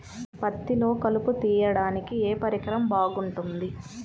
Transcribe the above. పత్తిలో కలుపు తీయడానికి ఏ పరికరం బాగుంటుంది?